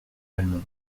malmont